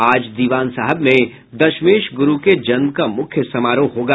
आज दिवान साहेब में दशमेश गुरू के जन्म का मुख्य समारोह होगा